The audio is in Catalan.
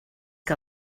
que